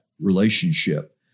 relationship